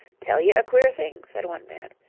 tell ye a queer thing, said one man.